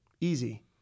Easy